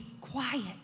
quiet